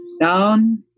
Down